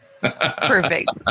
Perfect